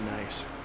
Nice